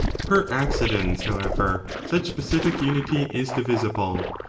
per accidens however, such specific unity is divisible,